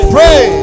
Pray